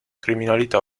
criminalità